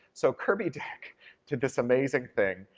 so kirby dick did this amazing thing.